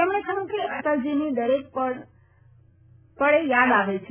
તેમણે કહ્યું કે અટલજીની દરેક પળે યાદ આવે છે